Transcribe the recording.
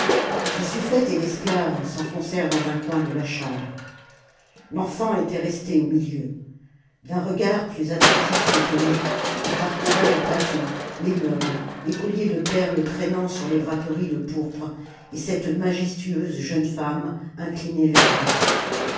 le suffète et l'esclave s'enfoncèrent dans un coin de la chambre l'enfant était resté au milieu d'un regard plus attentif qu'étonné il parcourait le plafond les meubles les colliers de perles traînant sur les draperies de pourpre et cette majestueuse jeune femme inclinée vers lui